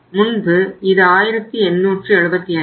முன்பு இது 1875